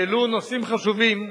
העלו נושאים חשובים,